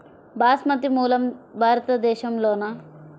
బాస్మతి మూలం భారతదేశంలోనా?